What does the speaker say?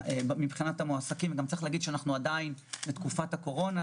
לכלל המועסקים צריך להגיד שאנחנו עדיין בתקופת הקורונה,